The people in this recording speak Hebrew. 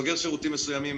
מסוים,